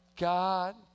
God